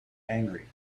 angry